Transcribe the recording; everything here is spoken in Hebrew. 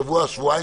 השבועיים,